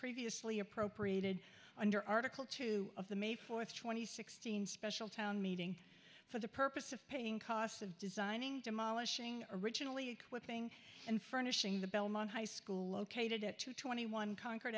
previously appropriated under article two of the may fourth two thousand and sixteen special town meeting for the purpose of paying costs of designing demolishing originally equipping and furnishing the belmont high school located at two twenty one con